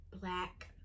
black